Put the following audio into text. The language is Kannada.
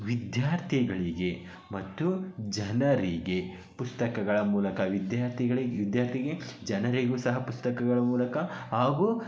ವಿದ್ಯಾರ್ಥಿಗಳಿಗೆ ಮತ್ತು ಜನರಿಗೆ ಪುಸ್ತಕಗಳ ಮೂಲಕ ವಿದ್ಯಾರ್ಥಿಗಳಿಗೆ ವಿದ್ಯಾರ್ಥಿಗೆ ಜನರಿಗೂ ಸಹ ಪುಸ್ತಕಗಳ ಮೂಲಕ ಹಾಗೂ